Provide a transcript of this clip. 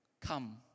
come